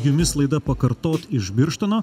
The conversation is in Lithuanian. jumis laida pakartot iš birštono